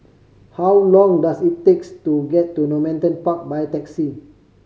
how long does it takes to get to Normanton Park by taxi